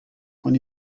con